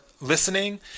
Listening